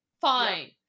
fine